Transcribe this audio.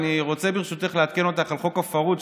אני רוצה ברשותך לעדכן אותך על חוק הפרהוד.